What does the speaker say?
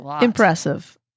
impressive